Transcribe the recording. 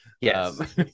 Yes